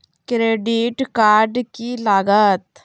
Credit card की लागत?